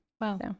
Wow